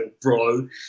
bro